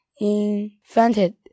invented